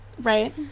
Right